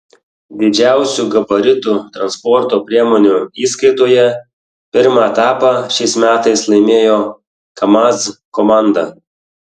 didžiausių gabaritų transporto priemonių įskaitoje pirmą etapą šiais metais laimėjo kamaz komanda